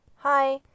Hi